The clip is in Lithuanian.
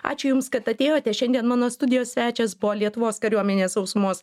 ačiū jums kad atėjote šiandien mano studijos svečias buvo lietuvos kariuomenės sausumos